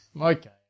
Okay